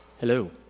Hello